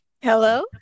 Hello